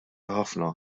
ħafna